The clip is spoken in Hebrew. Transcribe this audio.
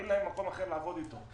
אין להם מקום אחר לעבוד בו.